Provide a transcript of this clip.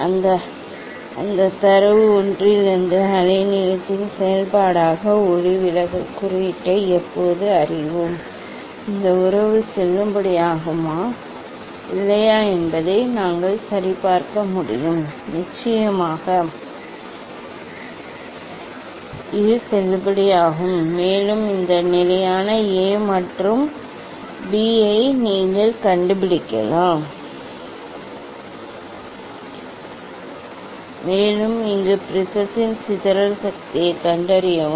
அந்த தரவு ஒன்றிலிருந்து அலைநீளத்தின் செயல்பாடாக ஒளிவிலகல் குறியீட்டை எப்போது அறிவோம் இந்த உறவு செல்லுபடியாகுமா இல்லையா என்பதை நாங்கள் சரிபார்க்க முடியும் நிச்சயமாக இது செல்லுபடியாகும் மேலும் இந்த நிலையான A மற்றும் B ஐ நீங்கள் கண்டுபிடிக்கலாம் மேலும் இங்கே ப்ரிஸத்தின் சிதறல் சக்தியைக் கண்டறியவும்